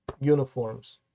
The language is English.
uniforms